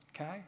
okay